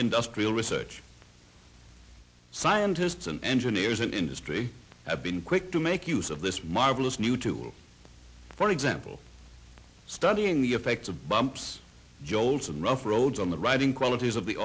industrial research scientists and engineers in industry have been quick to make use of this marvelous new tool for example studying the effects of bumps jolts and rough roads on the writing qualities of the